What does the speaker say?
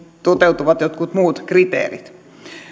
toteutuvat jotkut muut kriteerit